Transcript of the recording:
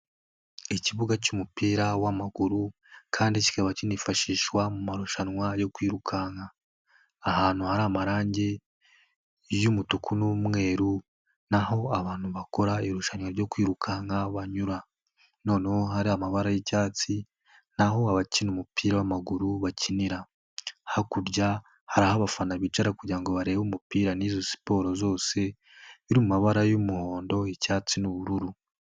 Ikibuga cy'umupira w'amaguru kandi kikaba kinifashishwa mu marushanwa yo kwirukanka, ahantu hari amarangi y'umutuku n'umweru ni aho abantu bakora irushanwa ryo kwirukanka banyura, noneho hari amabara y'icyatsi ni aho abakina umupira w'amaguru bakinira, hakurya hari aho abafana bicara kugira ngo barebe umupira n'izo siporo zose biri mu mabara y'umuhondo, icyatsi n'ubururu.